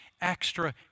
extra